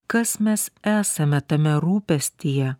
kas mes esame tame rūpestyje